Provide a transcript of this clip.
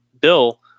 Bill